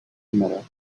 meadow